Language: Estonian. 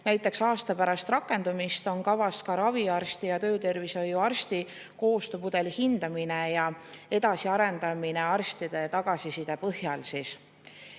Näiteks aasta pärast rakendumist on kavas ka raviarsti ja töötervishoiuarsti koostöömudeli hindamine ja edasiarendamine arstide tagasiside põhjal.